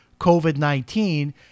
COVID-19